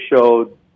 showed